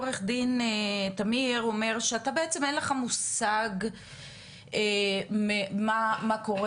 עו"ד טמיר אומר שאתה בעצם אין לך מושג מה קורה